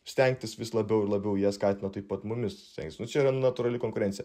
stengtis vis labiau ir labiau jie skatina taip pat mumis stengtis čia yra natūrali konkurencija